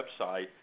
website